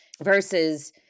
Versus